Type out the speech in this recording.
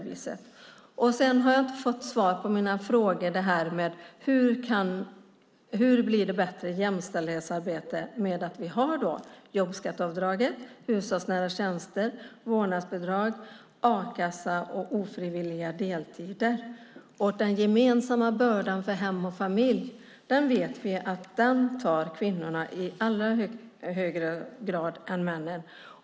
Jag har inte fått svar på mina frågor om hur det blir ett bättre jämställdhetsarbete med jobbskatteavdraget, hushållsnära tjänster, vårdnadsbidrag, a-kassa och ofrivilliga deltider. Den gemensamma bördan för hem och familj vet vi att kvinnan tar i högre grad än männen.